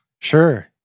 sure